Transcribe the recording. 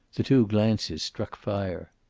the two glances struck fire.